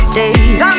days